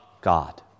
God